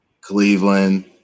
Cleveland